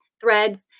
threads